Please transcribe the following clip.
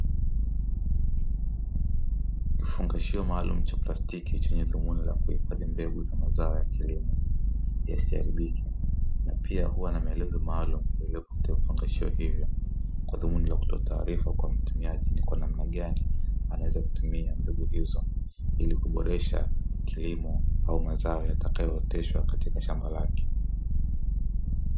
Kifungashio maalumu cha plastiki chenye dhumuni la kuhifadhi mbegu za mazao ya kilimo yasiharibike, na pia huwa na maelezo maalumu yaliyopo katika vifungashio hivyo kwa dhumuni la kutoa taarifa kwa mtumiaji ni kwa namna gani anaweza kutumia mbegu hizo, ili kuboresha kilimo au mazao yatakayooteshwa katika shamba lake.